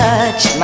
touch